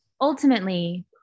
ultimately